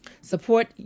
Support